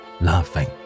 laughing